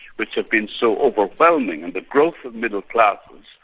which have been so overwhelming and the growth of middle classes,